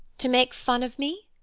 to make fun of me?